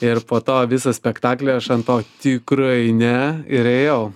ir po to visą spektaklį aš ant to tikrai ne ir ėjau